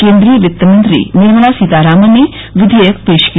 केन्द्रीय वित्तमंत्री निर्मला सीतारामन ने विधेयक पेश किया